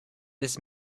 this